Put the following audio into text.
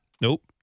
nope